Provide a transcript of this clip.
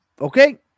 okay